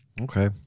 Okay